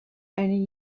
and